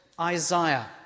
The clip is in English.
Isaiah